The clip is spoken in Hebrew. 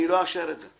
אני לא אאשר את זה.